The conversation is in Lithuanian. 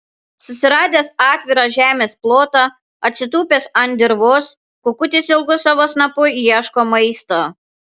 susiradęs atvirą žemės plotą atsitūpęs ant dirvos kukutis ilgu savo snapu ieško maisto